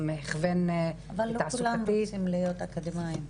גם הכוון --- אבל לא כולם בנויים להיות אקדמאים.